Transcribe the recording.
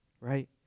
Right